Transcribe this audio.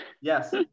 yes